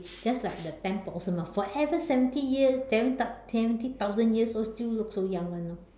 just like the ten potion forever seventy years seven seven thousand years old still look so young [one] orh